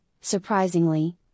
surprisingly